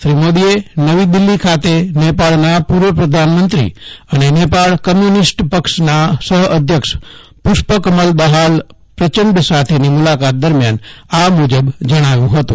શ્રી મોદીએ નવી દિલ્હી ખાતે નેપાળના પૂ ર્વ પ્રધાનમંત્રી અને નેપાળ કમ્ય્ નિસ્ટ પક્ષના સહઅધ્યક્ષ પુ થ્ય કમલ દહાલ પ્રચંડ સાથેની મુલાકાત દરમ્યાન આ મુજબ જણાવ્યું હતું